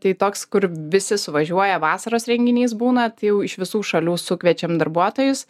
tai toks kur visi suvažiuoja vasaros renginys būna tai jau iš visų šalių sukviečiam darbuotojus